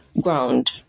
ground